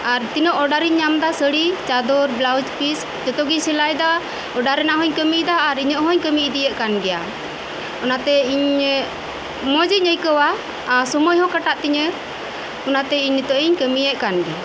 ᱟᱨ ᱛᱤᱱᱟᱹᱜ ᱚᱰᱟᱨ ᱤᱧ ᱧᱟᱢ ᱮᱫᱟ ᱥᱟᱹᱲᱤ ᱪᱟᱫᱚᱨ ᱵᱞᱟᱣᱩᱡ ᱯᱤᱥ ᱡᱚᱛᱚᱜᱤᱧ ᱥᱮᱞᱟᱭᱮᱫᱟ ᱚᱰᱟᱨ ᱨᱮᱱᱟᱜ ᱦᱚᱧ ᱠᱟᱹᱢᱤᱭᱮᱫᱟ ᱟᱨ ᱤᱧᱟᱹᱜ ᱦᱚᱧ ᱠᱟᱹᱢᱤ ᱤᱫᱤᱭᱮᱫ ᱠᱟᱱᱜᱮᱭᱟ ᱚᱱᱟᱛᱮ ᱤᱧ ᱢᱚᱪ ᱤᱧ ᱟᱹᱭᱠᱟᱹᱣᱟ ᱟᱨ ᱥᱩᱢᱟᱹᱭᱦᱚᱸ ᱠᱟᱴᱟᱜ ᱛᱤᱧᱟᱹ ᱚᱱᱟᱛᱮ ᱤᱧ ᱱᱤᱛᱚᱜ ᱤᱧ ᱠᱟᱹᱢᱤᱭᱮᱫ ᱠᱟᱱᱜᱮᱭᱟ